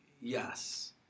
yes